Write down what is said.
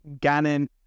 Gannon